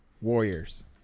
Warriors